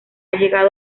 llegado